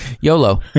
Yolo